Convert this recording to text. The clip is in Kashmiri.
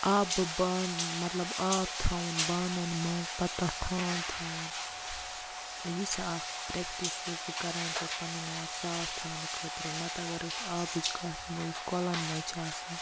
آ بہٕ مطلب آب تھاوُن بانن منٛز پَتہٕ تَتھ ٹھنڈٕ تھاوُن یہِ چھےٚ اکھ پرٮ۪کٹِس یُس بہٕ کران چھَس پَنُن آب صاف تھاونہٕ خٲطرٕ نہ تہٕ اَگر أسۍ آبٕچ کَتھ نِمَو یُس کۄلَن منٛز چھُ آسان